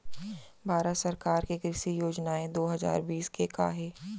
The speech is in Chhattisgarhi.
भारत सरकार के कृषि योजनाएं दो हजार बीस के का हे?